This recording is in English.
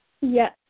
Yes